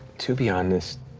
to be honest,